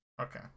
okay